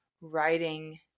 writing